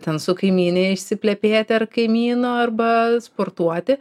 ten su kaimyne išsiplepėti ar kaimynu arba sportuoti